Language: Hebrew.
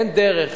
אין דרך